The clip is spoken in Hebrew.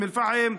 אום אל-פחם,